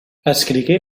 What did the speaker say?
escrigué